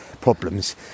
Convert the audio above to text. problems